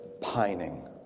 pining